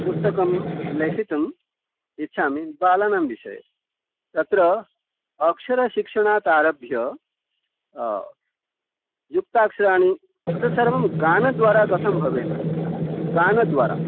पुस्तकं लेखितुम् इच्छामि बालानां विषये तत्र अक्षरशिक्षणात् आरभ्य युक्ताक्षराणि एतत् सर्वं गानद्वारा कथं भवेत् गानद्वारा